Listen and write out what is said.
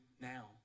now